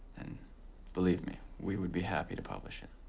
then believe me, we will be happy to publish it.